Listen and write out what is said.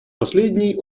последней